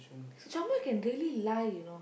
someone can really lie you know